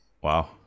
Wow